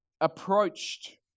approached